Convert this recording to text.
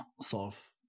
solve